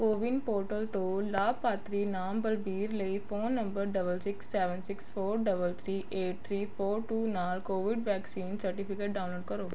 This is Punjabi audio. ਕੋ ਵਿਨ ਪੋਰਟਲ ਤੋਂ ਲਾਭਪਾਤਰੀ ਨਾਮ ਬਲਬੀਰ ਲਈ phone number double six seven six four double three eight three four two ਨਾਲ ਕੋਵਿਡ ਵੈਕਸੀਨ ਸਰਟੀਫਿਕੇਟ ਡਾਊਨਲੋਡ ਕਰੋ